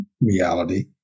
reality